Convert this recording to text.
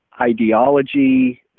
ideology